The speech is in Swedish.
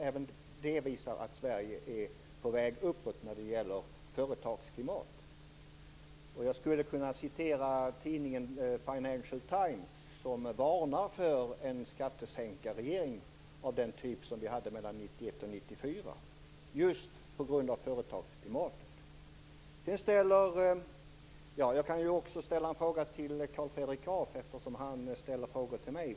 Även det visar att Sverige är på väg uppåt när det gäller företagsklimat. Jag skulle kunna citera tidningen Financial Times, som varnar för en skattesänkarregering av den typ vi hade mellan 1991 och 1994 - just på grund av företagsklimatet. Jag kan också ställa en fråga till Carl Fredrik Graf, eftersom han ställer frågor till mig.